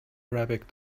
arabic